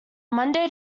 monday